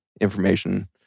information